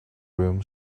room